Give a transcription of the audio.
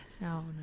No